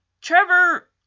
Trevor